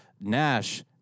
NASH